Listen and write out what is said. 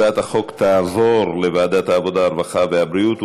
הצעת החוק תועבר לוועדת העבודה, הרווחה והבריאות.